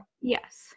yes